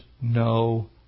no